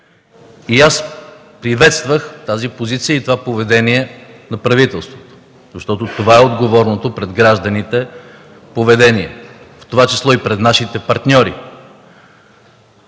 Аз приветствах тази позиция и това поведение на правителството, защото това е отговорното пред гражданите поведение, в това число и пред нашите партньори.